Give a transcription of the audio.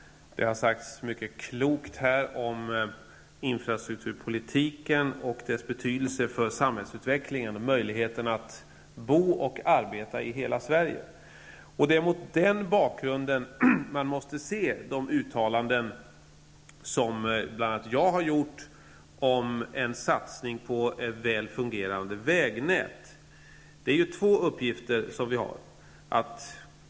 Fru talman! Det har sagts mycket klokt här om infrastrukturpolitiken, om dess betydelse för samhällsutvecklingen och möjligheterna att bo och arbeta i hela Sverige. Det är mot den bakgrunden man måste se de uttalanden som bl.a. jag har gjort om en satsning på ett väl fungerande vägnät. Det är två uppgifter som vi har.